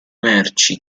merci